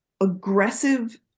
aggressive